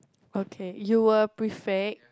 okay you were prefect